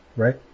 Right